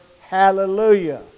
hallelujah